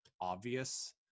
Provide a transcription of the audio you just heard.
obvious